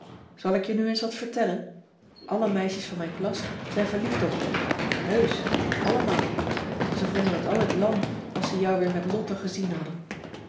zal ik je nu eens wat vertellen alle meisjes van mijn klas zijn verliefd op je heusch allemaal ze vonden t altijd lam als ze jou weer met lotte gezien hadden